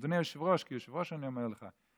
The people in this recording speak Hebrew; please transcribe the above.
אדוני היושב-ראש/ כיושב-ראש אני אומר לך,